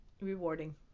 rewarding